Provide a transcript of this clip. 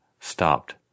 stopped